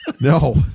No